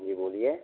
जी बोलिए